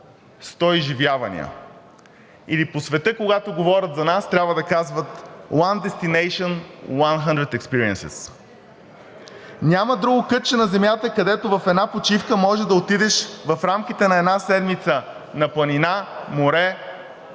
сто изживявания“, или, когато говорят по света за нас, трябва да казват: „One destination – one hundred experiences“. Няма друго кътче на земята, където в една почивка може да отидеш в рамките на една седмица на планина, море,